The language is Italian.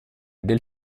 del